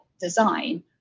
design